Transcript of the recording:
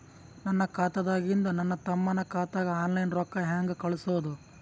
ನನ್ನ ಖಾತಾದಾಗಿಂದ ನನ್ನ ತಮ್ಮನ ಖಾತಾಗ ಆನ್ಲೈನ್ ರೊಕ್ಕ ಹೇಂಗ ಕಳಸೋದು?